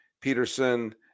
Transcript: Peterson